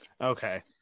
Okay